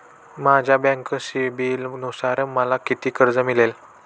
माझ्या बँक सिबिलनुसार मला किती कर्ज मिळेल?